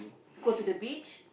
go to the beach